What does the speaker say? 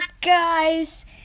guys